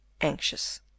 anxious